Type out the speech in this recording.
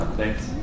thanks